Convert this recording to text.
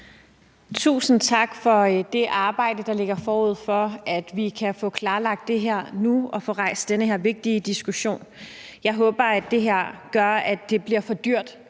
Tusind tak for det arbejde, der ligger forud for, at vi kan få klarlagt det her nu og få rejst den her vigtige diskussion. Jeg håber, at det gør, at det bliver for dyrt